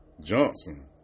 Johnson